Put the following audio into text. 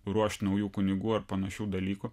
ruošt naujų kunigų ar panašių dalykų